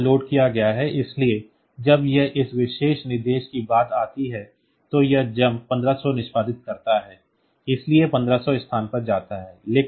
तो यह यहाँ लोड किया गया है इसलिए जब यह इस विशेष निर्देश की बात आती है तो यह जम्प 1500 निष्पादित करता है इसलिए यह 1500 स्थान पर जाता है